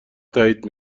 تایید